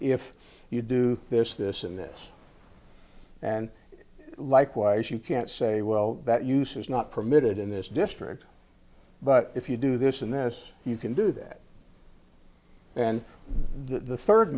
if you do this this in this and likewise you can't say well that use is not permitted in this district but if you do this in this you can do that and the third